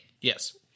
Yes